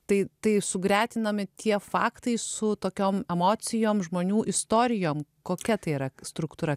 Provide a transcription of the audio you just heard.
tai tai sugretinami tie faktai su tokiom emocijom žmonių istorijom kokia tai yra struktūra